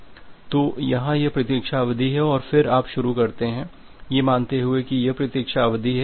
तो यहाँ यह प्रतीक्षा अवधि है और फिर आप शुरू करते हैं ये मानते हुए की यह प्रतीक्षा अवधि है